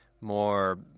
more